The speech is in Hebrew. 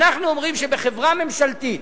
אנחנו אומרים שבחברה ממשלתית,